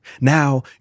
Now